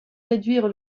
réduire